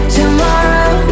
tomorrow